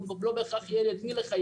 לא בהכרח יהיה לי את מי לחייב.